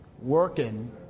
Working